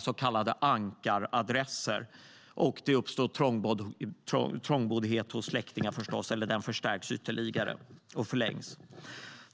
så kallade ankaradresser. Det leder också till trångboddhet hos släktingar. Den förstärks och förlängs ytterligare.